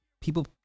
people